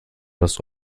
das